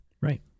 Right